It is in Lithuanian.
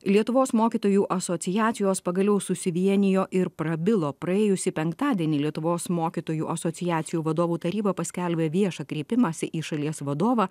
lietuvos mokytojų asociacijos pagaliau susivienijo ir prabilo praėjusį penktadienį lietuvos mokytojų asociacijų vadovų taryba paskelbė viešą kreipimąsi į šalies vadovą